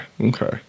okay